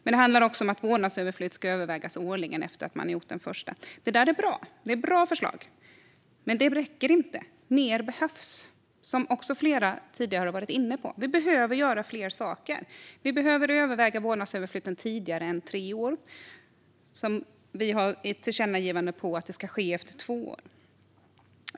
Det gäller också att vårdnadsöverflyttning ska övervägas årligen efter att man gjort en första sådan. Det här är bra förslag, men det räcker inte. Mer behövs, vilket flera har varit inne på tidigare. Vi behöver göra fler saker. Vi behöver överväga vårdnadsöverflyttningen tidigare än tre år. Vi har ett tillkännagivande om att det ska ske efter två år.